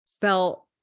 felt